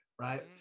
right